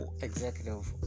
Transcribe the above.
executive